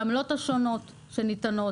העמלות השונות שניתנות,